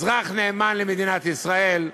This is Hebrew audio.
אזרח נאמן למדינת ישראל,